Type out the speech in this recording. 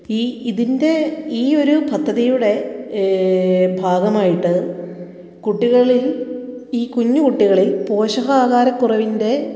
ഈ ഇതിൻ്റെ ഈ ഒരു പദ്ധതിയുടെ ഭാഗമായിട്ട് കുട്ടികളിൽ ഈ കുഞ്ഞു കുട്ടികളിൽ പോഷക ആഹാര കുറവിൻ്റെ